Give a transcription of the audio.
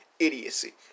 idiocy